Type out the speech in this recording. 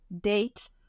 date